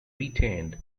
retained